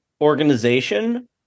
organization